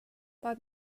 but